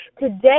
today